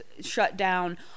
shutdown